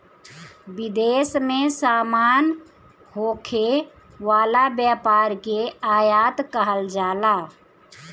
विदेश में सामान होखे वाला व्यापार के आयात कहल जाला